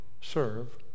serve